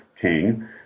King